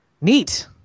Neat